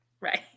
Right